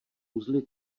uzly